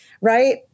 right